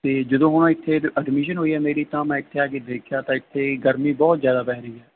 ਅਤੇ ਜਦੋਂ ਹੁਣ ਇੱਥੇ ਐਡਮਿਸ਼ਨ ਹੋਈ ਆ ਮੇਰੀ ਤਾਂ ਮੈਂ ਇੱਥੇ ਆ ਕੇ ਦੇਖਿਆ ਤਾਂ ਇੱਥੇ ਗਰਮੀ ਬਹੁਤ ਜ਼ਿਆਦਾ ਪੈ ਰਹੀ ਹੈ